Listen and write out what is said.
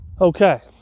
Okay